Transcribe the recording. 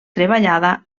treballada